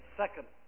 second